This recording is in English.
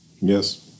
Yes